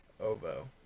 Ovo